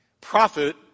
Prophet